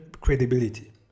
credibility